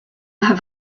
have